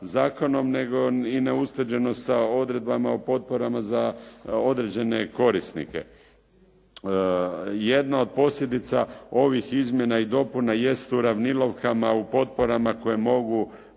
nego i neusklađenost sa odredbama o potporama za određene korisnike. Jedna od posljedica ovih izmjena i dopuna jest uravnilovkama u potporama koje mogu